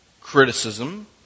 criticism